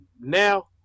now